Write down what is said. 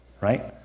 right